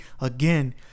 again